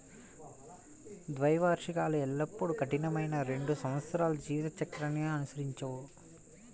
ద్వైవార్షికాలు ఎల్లప్పుడూ కఠినమైన రెండు సంవత్సరాల జీవిత చక్రాన్ని అనుసరించవు